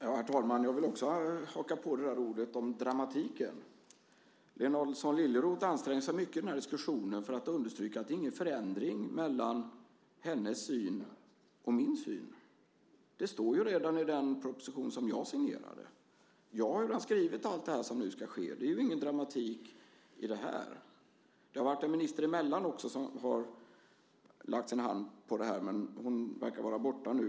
Herr talman! Också jag vill haka på detta med dramatiken. Lena Adelsohn Liljeroth anstränger sig mycket i den här diskussionen för att understryka att det inte är fråga om någon förändring när det gäller hennes syn och min syn. Men detta står redan i den proposition som jag signerade. Jag har redan skrivit om allt det som nu ska ske, så det är ingen dramatik i det här. Det har också varit en minister emellan som lagt sin hand på detta, men hon verkar vara borta nu.